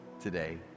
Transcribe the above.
today